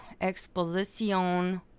exposition